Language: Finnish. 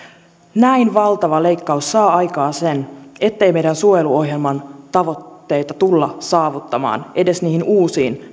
näin valtava leikkaus saa aikaan sen ettei meidän suojeluohjelman tavoitteita tulla saavuttamaan edes niihin uusiin